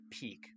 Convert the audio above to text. peak